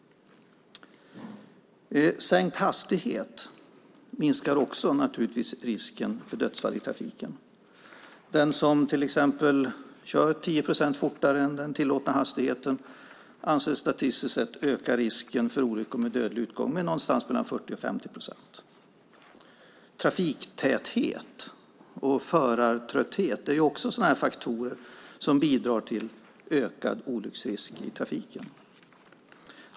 Sänkt hastighet minskar naturligtvis också risken för dödsfall i trafiken. Den som till exempel kör 10 procent fortare än den tillåtna hastigheten anses statistiskt sett öka risken för olyckor med dödlig utgång med någonstans mellan 40 och 50 procent. Även trafiktäthet och förartrötthet är faktorer som bidrar till ökad olycksrisk i trafiken.